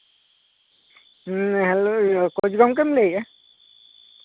ᱦᱮᱸ ᱚᱠᱚᱭ ᱜᱚᱝᱠᱮᱢ ᱞᱟᱹᱭᱮᱫ ᱟ